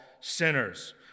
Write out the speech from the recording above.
sinners